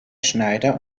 schneider